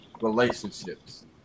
relationships